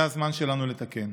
זה הזמן שלנו לתקן.